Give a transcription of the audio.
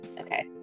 Okay